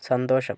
സന്തോഷം